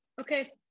Okay